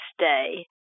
stay